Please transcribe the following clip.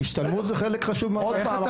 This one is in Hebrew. מה זה